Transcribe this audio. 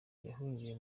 yahungiye